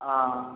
ஆ